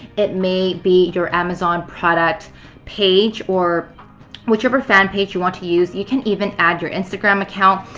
it may be your amazon product page or whichever fan page you want to use. you can even add your instagram account.